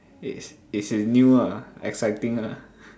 it's it's new ah exciting ah